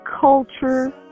culture